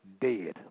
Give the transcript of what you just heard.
dead